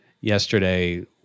Yesterday